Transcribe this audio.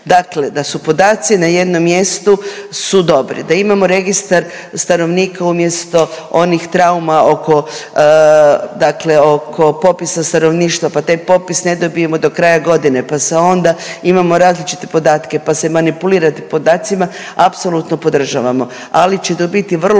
Dakle da su podaci na jednom mjestu su dobri, da imamo Registar stanovnika umjesto onih trauma oko dakle oko popisa stanovništva, pa taj popis ne dobijemo do kraja godine, pa se onda imamo različite podatke, pa se manipulira tim podacima, apsolutno podržavamo, ali će to biti vrlo